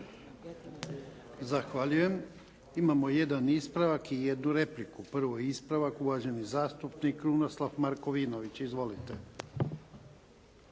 Zahvaljujem. Imamo jedan ispravak i jednu repliku. Prvo ispravak uvaženi zastupnik Krunoslav Markovinović. Izvolite.